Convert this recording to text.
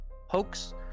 hoax